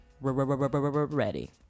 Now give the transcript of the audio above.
ready